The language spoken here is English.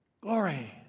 Glory